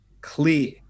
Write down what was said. clear